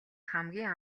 хамгийн